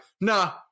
Nah